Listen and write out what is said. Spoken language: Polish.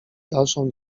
dalszą